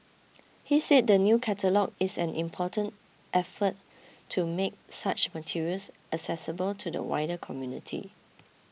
he said the new catalogue is an important effort to make such materials accessible to the wider community